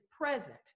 present